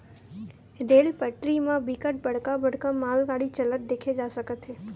rail पटरी म बिकट बड़का बड़का मालगाड़ी चलत देखे जा सकत हे